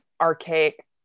archaic